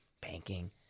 banking